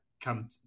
come